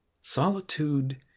solitude